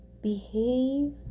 behave